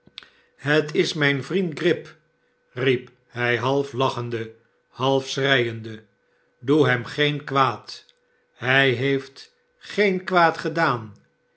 het is mijn vriend grip riep hij half lachende half schreiende sdoe hem geen kwaad hij heeft geen kwaad gedaan